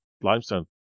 limestone